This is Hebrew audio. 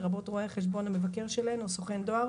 לרבות רואה החשבון המבקר שלהן או סוכן דואר,